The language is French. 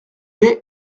est